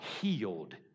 healed